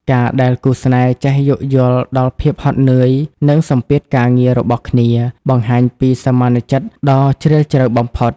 ការដែលគូស្នេហ៍ចេះ "យោគយល់ដល់ភាពហត់នឿយ និងសម្ពាធការងារ" របស់គ្នា បង្ហាញពីសមានចិត្តដ៏ជ្រាលជ្រៅបំផុត។